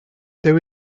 there